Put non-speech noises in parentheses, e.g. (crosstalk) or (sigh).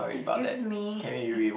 excuse me (noise)